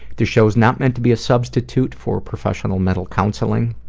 this show's not meant to be a substitute for professional mental counseling.